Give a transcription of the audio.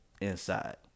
inside